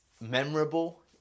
memorable